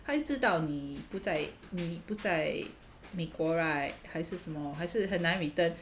他又知道你不在你不在美国 right 还是什么还是很难 return